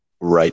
right